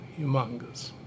humongous